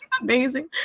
amazing